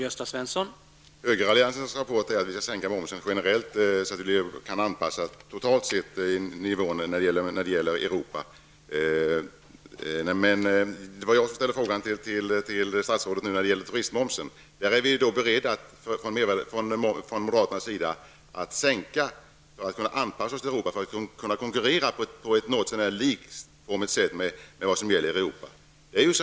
Herr talman! Högeralliansens rapport säger att vi skall sänka momsen generellt så att vi totalt sett kan anpassa nivån till den europeiska. Men nu var det jag som ställde en fråga till statsrådet angående turistmomsen. Vi är från moderaterna beredda att sänka turistmomsen för att vi skall kunna anpassa oss till Europa och kunna konkurrera på ett något så när likvärdigt sätt med de europeiska länderna.